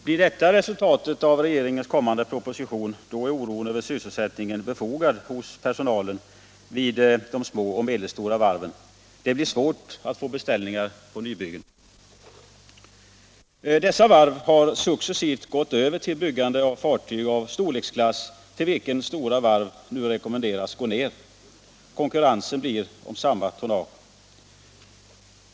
Blir detta resultatet av regeringens kommande proposition, är den oro som personalen vid små och medelstora varv hyser för sin sysselsättning befogad. Det blir då svårt för dessa att få beställningar på nybyggen. Dessa varv har successivt gått över till byggande av fartyg i sådan storleksklass till vilken stora varv nu rekommenderats att gå ned. Konkurrensen kommer då att avse samma tonnage.